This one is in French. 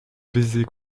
baiser